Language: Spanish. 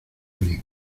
bien